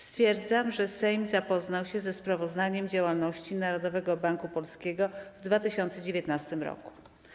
Stwierdzam, że Sejm zapoznał się ze sprawozdaniem z działalności Narodowego Banku Polskiego w 2019 roku.